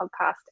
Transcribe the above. podcast